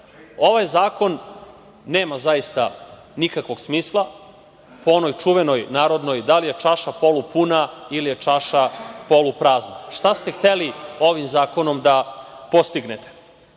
SNS.Ovaj zakon nema zaista nikakvog smisla, po onoj čuvenoj narodnoj da li je čaša polupuna ili je čaša poluprazna. Šta ste hteli ovim zakonom da postignete? Vi